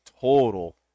total